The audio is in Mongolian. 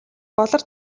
болор